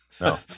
No